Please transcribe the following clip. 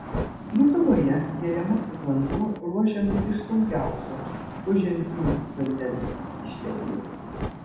lietuvoje geriamasis vanduo ruošiamas iš saugiausio požeminio vandens išteklių